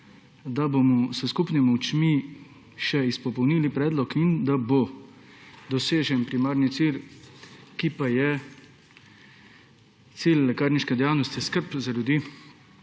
da bomo s skupnimi močmi še izpopolnili predlog in da bo dosežen primarni cilj, ki pa je cilj lekarniške dejavnosti – skrb za ljudi.